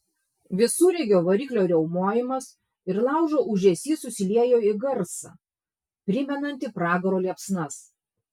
visureigio variklio riaumojimas ir laužo ūžesys susiliejo į garsą primenantį pragaro liepsnas